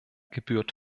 gebührt